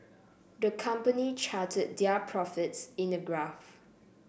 the company charted their profits in a graph